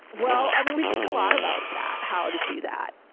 well, i mean, we think a lot about that how to do that.